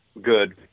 good